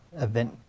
event